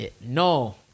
No